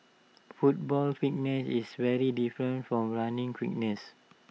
football fitness is very different from running fitness